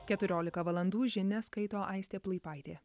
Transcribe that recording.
keturiolika valandų žinias skaito aistė plaipaitė